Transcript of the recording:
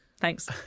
Thanks